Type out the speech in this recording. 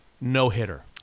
no-hitter